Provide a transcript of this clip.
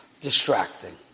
Distracting